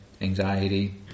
anxiety